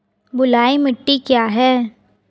बलुई मिट्टी क्या है?